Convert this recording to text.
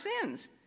sins